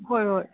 ꯍꯣꯏ ꯍꯣꯏ